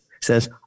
says